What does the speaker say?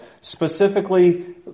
Specifically